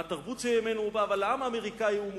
מהתרבות שממנה הוא בא, אבל לעם האמריקני הוא מוכר.